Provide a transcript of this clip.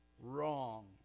Wrong